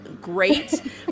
great